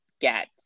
get